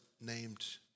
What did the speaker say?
named